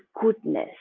goodness